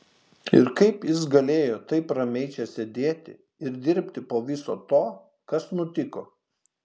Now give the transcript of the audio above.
ir kaip jis galėjo taip ramiai čia sėdėti ir dirbti po viso to kas nutiko